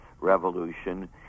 revolution